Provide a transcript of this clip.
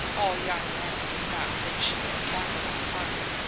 all young men did not think she was capital fun,